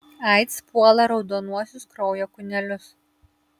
aids puola raudonuosius kraujo kūnelius